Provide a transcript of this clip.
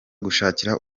gushakira